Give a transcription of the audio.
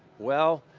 well,